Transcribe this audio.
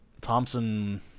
Thompson